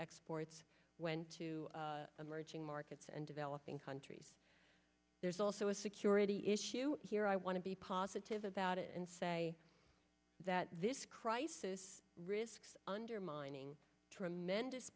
exports went to emerging markets and developing countries there's also a security issue here i want to be positive about it and say that this crisis risks undermining tremendous